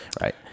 right